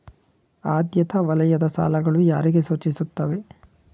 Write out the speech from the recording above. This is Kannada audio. ಆದ್ಯತಾ ವಲಯದ ಸಾಲಗಳು ಯಾರಿಗೆ ಸೂಚಿಸುತ್ತವೆ?